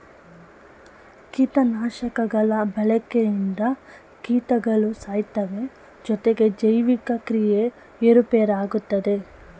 ಕೀಟನಾಶಕಗಳ ಬಳಕೆಯಿಂದ ಕೀಟಗಳು ಸಾಯ್ತವೆ ಜೊತೆಗೆ ಜೈವಿಕ ಕ್ರಿಯೆ ಏರುಪೇರಾಗುತ್ತದೆ